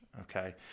okay